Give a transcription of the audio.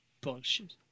bullshit